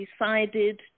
decided